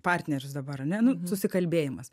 partnerius dabar ane nu susikalbėjimas